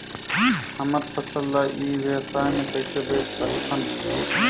हमर फसल ल ई व्यवसाय मे कइसे बेच सकत हन?